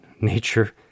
nature